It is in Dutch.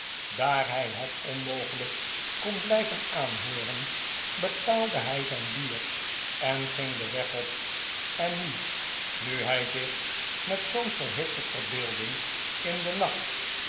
daar hij het onmogelijk kon blijven aanhooren betaalde hij zijn bier en ging den weg op en nu nu hij zich met zoo'n verhitte verbeelding in den nacht